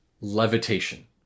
Levitation